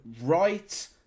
right